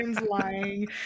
lying